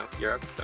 Europe